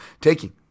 Taking